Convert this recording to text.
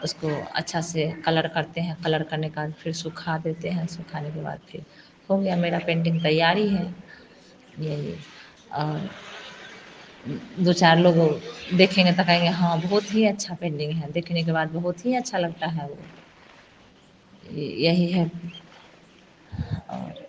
उसको अच्छा से कलर करते हैं कलर करने का फिर सुखा देते हैं सुखाने के बाद फिर हो गया मेरा पेंटिंग तैयार ही है यही और दो चार लोग देखेंगे तो कहेंगे हाँ बहुत ही अच्छा पेंटिंग है देखने के बाद बहोत ही अच्छा लगता है वो यही है और